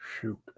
shoot